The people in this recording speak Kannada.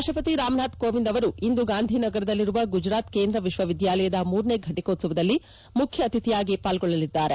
ರಾಷ್ಷಪತಿ ರಾಮನಾಥ್ ಕೋವಿಂದ್ ಅವರು ಇಂದು ಗಾಂಧಿನಗರದಲ್ಲಿರುವ ಗುಜರಾತ್ಕೇಂದ್ರ ವಿಶ್ವವಿದ್ದಾಲಯದ ಮೂರನೇ ಫ್ಟಿಕೋತ್ಸವದಲ್ಲಿ ಮುಖ್ಯ ಅತಿಥಿಯಾಗಿ ಪಾಲ್ಗೊಳ್ಳಲಿದ್ದಾರೆ